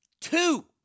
two